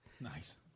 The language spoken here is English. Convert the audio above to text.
Nice